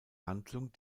handlung